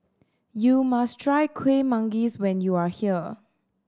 you must try Kuih Manggis when you are here